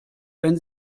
wenn